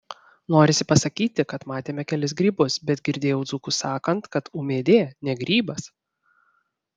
norisi pasakyti kad matėme kelis grybus bet girdėjau dzūkus sakant kad ūmėdė ne grybas